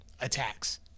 attacks